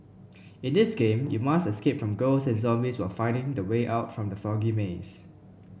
in this game you must escape from ghosts and zombies while finding the way out from the foggy maze